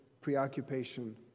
preoccupation